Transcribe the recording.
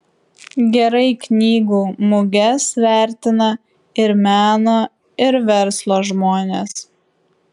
gerai knygų muges vertina ir meno ir verslo žmonės